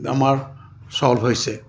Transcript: আমাৰ চল্ভ হৈছে